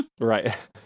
Right